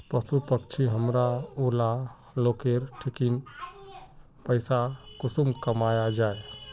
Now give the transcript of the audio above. पशु पक्षी हमरा ऊला लोकेर ठिकिन पैसा कुंसम कमाया जा?